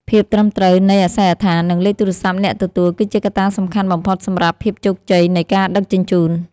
ភាពត្រឹមត្រូវនៃអាសយដ្ឋាន និងលេខទូរស័ព្ទអ្នកទទួល គឺជាកត្តាសំខាន់បំផុតសម្រាប់ភាពជោគជ័យនៃការដឹកជញ្ជូន។